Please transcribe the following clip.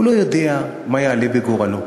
הוא לא יודע מה יעלה בגורלו.